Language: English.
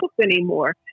anymore